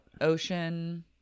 ocean